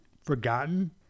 forgotten